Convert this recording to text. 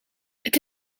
het